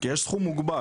כי יש סכום מוגבל.